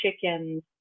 chickens